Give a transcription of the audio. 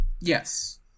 yes